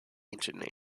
ancient